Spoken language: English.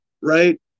right